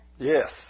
Yes